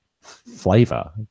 flavor